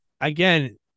again